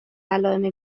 علایم